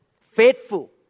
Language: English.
faithful